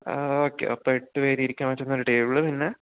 okay അപ്പോൾ എട്ട് പേരിരിക്കാൻ പറ്റുന്ന ടേബിൾ പിന്നെ